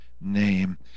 name